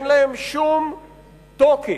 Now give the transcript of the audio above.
אין להם שום תוקף,